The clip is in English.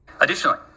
Additionally